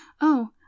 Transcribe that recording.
Oh